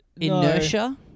inertia